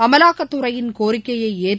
அமலாக்கத்துறையின் கோரிக்கையை ஏற்று